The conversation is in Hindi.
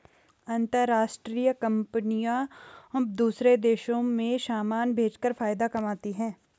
अंतरराष्ट्रीय कंपनियां दूसरे देशों में समान भेजकर फायदा कमाती हैं